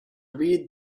read